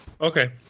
Okay